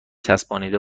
چسبانیده